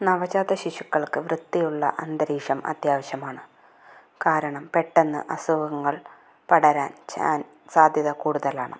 നവജാത ശിശുക്കള്ക്ക് വൃത്തിയുള്ള അന്തരീക്ഷം അത്യാവശ്യമാണ് കാരണം പെട്ടന്ന് അസുഖങ്ങള് പടരാന് ചാൻ സാധ്യത കൂടുതലാണ്